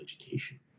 education